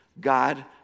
God